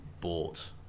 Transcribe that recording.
bought